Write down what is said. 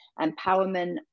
empowerment